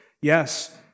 Yes